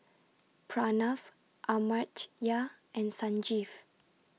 Pranav Amartya and Sanjeev